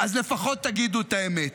אז לפחות תגידו את האמת.